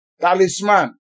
talisman